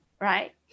Right